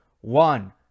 one